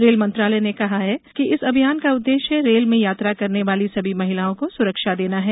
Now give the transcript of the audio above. rail मंत्रालय ने कहा कि इस अभियान का उद्देश्य रेल में यात्रा करने वाली सभी महिलाओं को सुरक्षा देना है